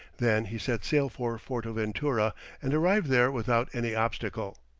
then he set sail for fortaventura and arrived there without any obstacle.